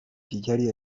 دیگری